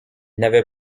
n’avait